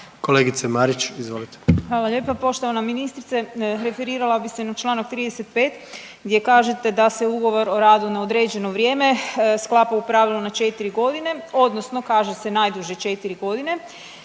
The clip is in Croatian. **Marić, Andreja (SDP)** Hvala lijepa. Poštovana ministrice referirala bi se na Članak 35. gdje kažete da se ugovor o radu na određeno vrijeme sklapa u pravilu na 4 godine odnosno kaže najduže 4 godine,